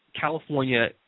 California